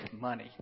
money